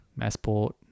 Massport